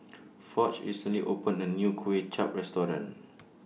Foch recently opened A New Kuay Chap Restaurant